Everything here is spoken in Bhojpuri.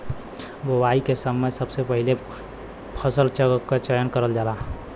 बोवाई के समय सबसे पहिले फसल क चयन करल जाला